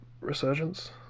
resurgence